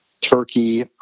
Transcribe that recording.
turkey